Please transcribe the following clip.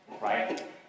Right